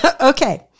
Okay